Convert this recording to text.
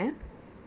sea